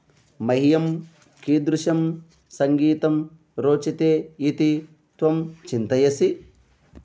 मह्यं कीदृशं सङ्गीतं रोचते इति त्वं चिन्तयसि